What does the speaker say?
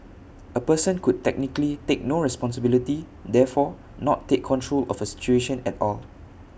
A person could technically take no responsibility therefore not take control of A situation at all